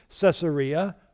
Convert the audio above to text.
Caesarea